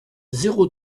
zéro